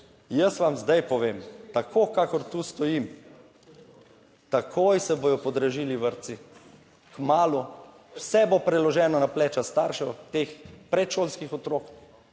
Jaz vam zdaj povem, tako kakor tu stojim. Takoj se bodo podražili vrtci, kmalu, vse bo preloženo na pleča staršev teh predšolskih otrok